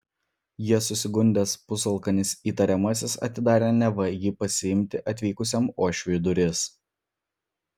ja susigundęs pusalkanis įtariamasis atidarė neva jį pasiimti atvykusiam uošviui duris